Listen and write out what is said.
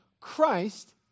Christ